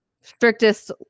strictest